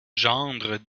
gendre